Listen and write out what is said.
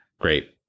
Great